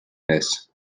this